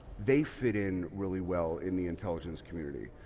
they fit in really well in the intelligence community.